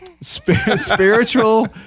spiritual